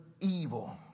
evil